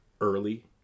early